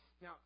Now